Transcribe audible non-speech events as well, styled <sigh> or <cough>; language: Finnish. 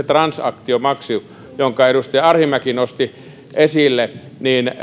<unintelligible> transaktiomaksua jonka edustaja arhinmäki nosti esille